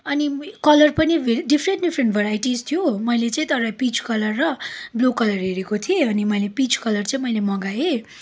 अनि कलर पनि different different varieties थियो मैले चाहिँ तर पिच कलर र ब्लु कलर हेरेको थिएँ अनि मैले पिच कलर चाहिँ मैले मगाएँ